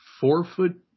four-foot